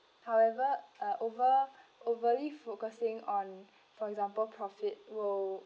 however uh over overly focusing on for example profit will